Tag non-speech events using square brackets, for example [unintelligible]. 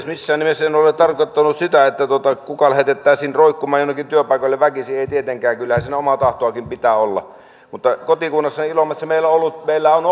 [unintelligible] missään nimessä en ole tarkoittanut sitä että kukaan lähetettäisiin roikkumaan jonnekin työpaikalle väkisin ei tietenkään kyllähän siinä omaa tahtoakin pitää olla kotikunnassani ilomantsissa meillä on [unintelligible]